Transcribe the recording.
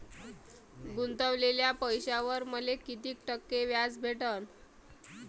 गुतवलेल्या पैशावर मले कितीक टक्के व्याज भेटन?